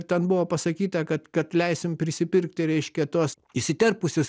ten buvo pasakyta kad kad leisim prisipirkti reiškia tuos įsiterpusius